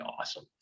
awesome